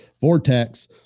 vortex